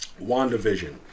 WandaVision